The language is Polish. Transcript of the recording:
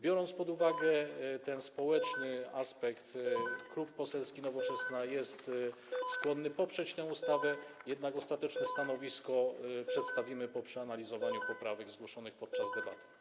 Biorąc pod uwagę ten społeczny aspekt, Klub Poselski Nowoczesna jest skłonny poprzeć tę ustawę, jednak ostateczne stanowisko przedstawimy po przeanalizowaniu poprawek zgłoszonych podczas debaty.